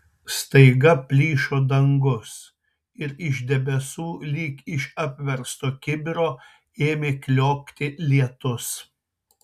staiga plyšo dangus ir iš debesų lyg iš apversto kibiro ėmė kliokti lietus